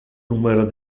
numero